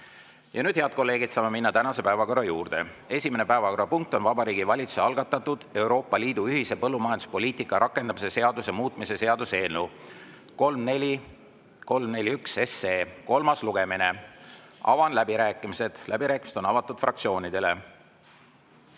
Nüüd, head kolleegid, saame minna tänase päevakorra juurde. Esimene päevakorrapunkt on Vabariigi Valitsuse algatatud Euroopa Liidu ühise põllumajanduspoliitika rakendamise seaduse muutmise seaduse eelnõu 341 kolmas lugemine. Avan läbirääkimised. Läbirääkimised on avatud fraktsioonidele.